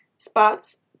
spots